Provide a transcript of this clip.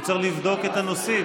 הוא צריך לבדוק את הנושאים.